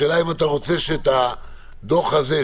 השאלה אם אתה רוצה שהדוח הזה,